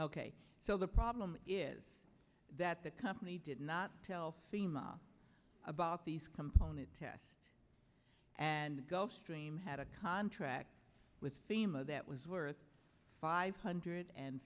ok so the problem is that the company did not tell fema about these component tests and gulfstream had a contract with fema that was worth five hundred and